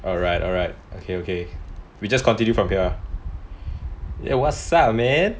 alright alright okay okay we just continue from here ah ya what's up man